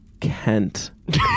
Kent